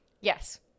yes